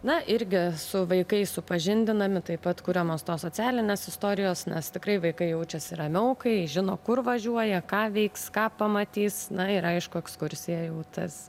na irgi su vaikais supažindinami taip pat kuriamos tos socialinės istorijos nes tikrai vaikai jaučiasi ramiau kai žino kur važiuoja ką veiks ką pamatys na ir aišku ekskursija jau tas